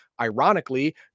Ironically